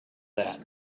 that